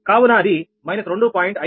056కాబట్టి అది −2